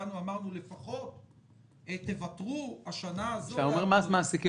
באנו ואמרנו: לפחות תוותרו השנה הזאת -- כשאתה אומר "מס מעסיקים",